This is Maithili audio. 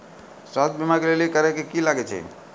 स्वास्थ्य बीमा के लेली की करे लागे छै?